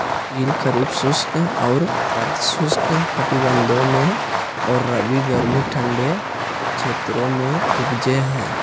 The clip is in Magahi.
तिल खरीफ शुष्क और अर्ध शुष्क कटिबंधों में और रबी गर्मी ठंडे क्षेत्रों में उपजै हइ